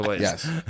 Yes